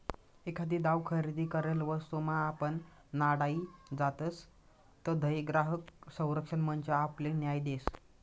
एखादी दाव खरेदी करेल वस्तूमा आपण नाडाई जातसं तधय ग्राहक संरक्षण मंच आपले न्याय देस